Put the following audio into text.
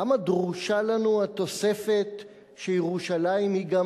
למה דרושה לנו התוספת שירושלים היא גם